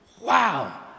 wow